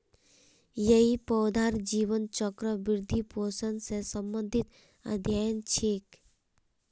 यई पौधार जीवन चक्र, वृद्धि, पोषण स संबंधित अध्ययन छिके